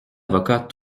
avocat